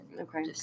Okay